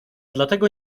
dlatego